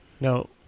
No